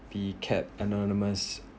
be capped anonymous